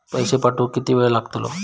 पैशे पाठवुक किती वेळ लागतलो?